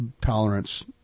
tolerance